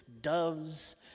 doves